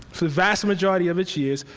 for the vast majority of its years,